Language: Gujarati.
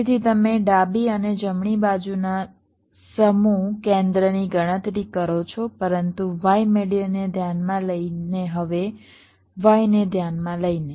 તેથી તમે ડાબી અને જમણી બાજુના સમૂહ કેન્દ્રની ગણતરી કરો છો પરંતુ y મેડીઅનને ધ્યાનમાં લઈને હવે y ને ધ્યાનમાં લઈને